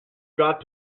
got